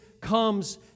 comes